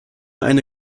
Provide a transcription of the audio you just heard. eine